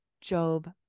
Job